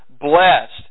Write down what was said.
blessed